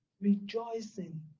rejoicing